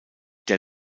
der